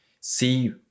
see